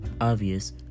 Obvious